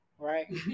Right